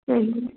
सही है